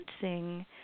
dancing